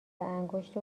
انگشت